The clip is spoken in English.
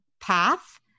path